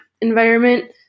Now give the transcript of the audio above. environment